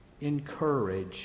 encourage